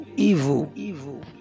evil